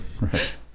right